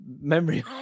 memory